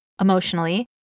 emotionally